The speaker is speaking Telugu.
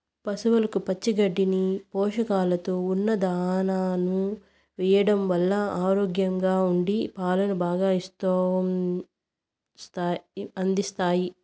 పసవులకు పచ్చి గడ్డిని, పోషకాలతో ఉన్న దానాను ఎయ్యడం వల్ల ఆరోగ్యంగా ఉండి పాలను బాగా అందిస్తాయి